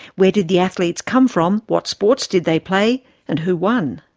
where did the athletes come from, what sports did they play and who won?